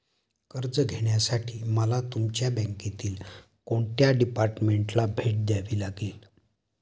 कर्ज घेण्यासाठी मला तुमच्या बँकेतील कोणत्या डिपार्टमेंटला भेट द्यावी लागेल?